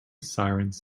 sirens